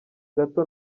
gato